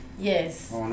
Yes